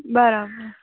બરાબર